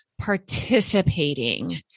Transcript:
Participating